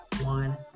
One